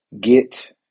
get